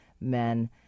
men